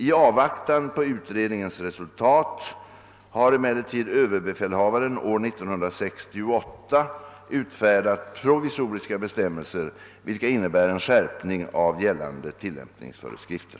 I avvaktan på utredningens förslag har emellertid överbefälhavaren år 1968 utfärdat provisoriska bestämmelser, vilka innebär en skärpning av gällande tillämpningsföreskrifter.